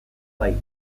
bai